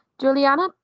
Juliana